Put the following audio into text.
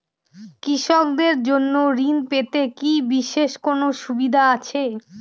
কৃষকদের জন্য ঋণ পেতে কি বিশেষ কোনো সুবিধা আছে?